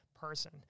person